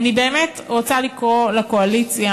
אני באמת רוצה לקרוא לקואליציה,